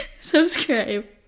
subscribe